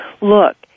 Look